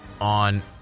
on